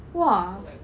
!wah!